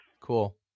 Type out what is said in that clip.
Cool